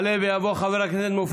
מס'